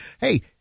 Hey